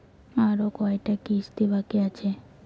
আরো কয়টা কিস্তি বাকি আছে?